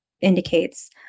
indicates